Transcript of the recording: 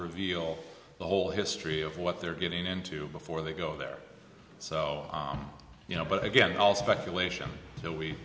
reveal the whole history of what they're getting into before they go there so you know but again all speculation no we